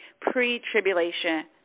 pre-tribulation